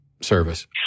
service